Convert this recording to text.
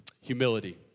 humility